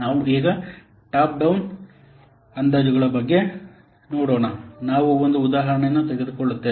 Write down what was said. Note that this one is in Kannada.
ನಾವು ಈಗ ಟಾಪ್ ಡೌನ್ ಡೌನ್ ಅಂದಾಜುಗಳ ಬಗ್ಗೆ ನೋಡೋಣ ನಾವು ಒಂದು ಉದಾಹರಣೆಯನ್ನು ತೆಗೆದುಕೊಳ್ಳುತ್ತೇವೆ